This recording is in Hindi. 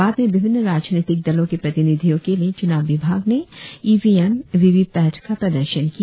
बाद में विभिन्न राजनीतिक दलो के प्रतिनिधियों के लिए चुनाव विभाग ने E V M V V PAT का प्रदर्शन किया